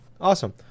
awesome